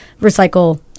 recycle